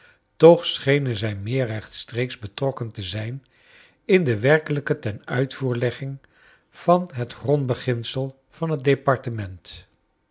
toch schenen zij meer rechtstreeks betrokken te zijn in de werkelijke tenuitvoerlegging van het grondbeginsel van het departement